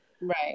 right